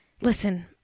Listen